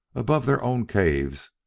above their own caves,